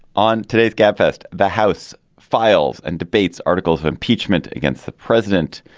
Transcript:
on today's gabfest the house files and debates articles of impeachment against the president.